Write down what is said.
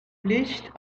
licht